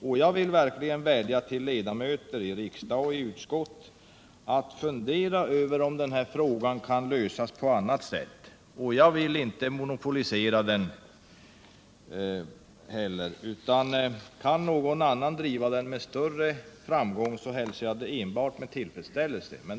Därför vill jag verkligen vädja till ledamöter i riksdag och utskott att fundera över om denna fråga kan lösas på annat sätt. Jag vill inte monopolisera frågan. Kan någon annan driva den med större framgång, så hälsar jag det enbart med tillfredsställelse.